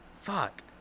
Fuck